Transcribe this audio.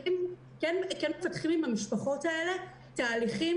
כן מפתחים במשבר הזה עם המשפחות האלה תהליכים